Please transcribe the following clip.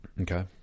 okay